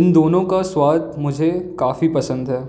इन दोनों का स्वाद मुझे काफ़ी पसंद है